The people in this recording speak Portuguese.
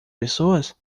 pessoas